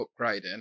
upgrading